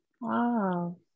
Wow